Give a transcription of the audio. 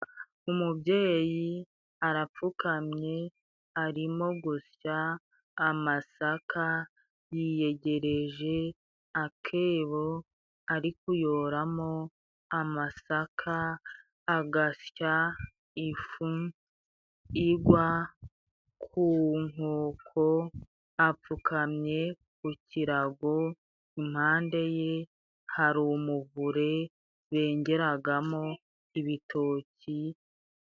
Umubyeyi arapfukamye arimo gusya amasaka，yiyegereje akebo arikuyoramo amasaka，agasya ifu igwa ku nkoko apfukamye ku kirago． Impande ye hari umuvure bengeragamo ibitoki.